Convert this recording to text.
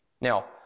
Now